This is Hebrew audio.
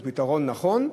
הוא פתרון נכון,